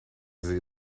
sie